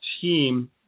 team